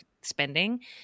spending